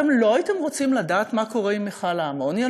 אתם לא הייתם רוצים לדעת מה קורה עם מכל האמוניה,